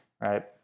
right